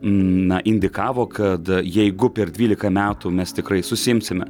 na indikavo kad jeigu per dvylika metų mes tikrai susiimsime